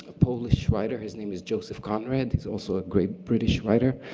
polish writer. his name is joseph conrad. he's also a great british writer.